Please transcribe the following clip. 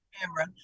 camera